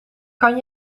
kan